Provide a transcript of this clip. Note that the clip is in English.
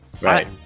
Right